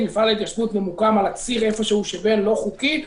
מפעל ההתיישבות ממוקם על הציר איפה שהוא שבין לא חוקי,